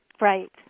Right